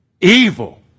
evil